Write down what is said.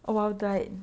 died